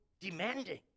demanding